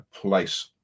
place